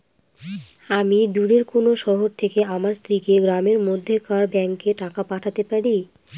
আমি দূরের কোনো শহর থেকে আমার স্ত্রীকে গ্রামের মধ্যেকার ব্যাংকে টাকা পাঠাতে পারি?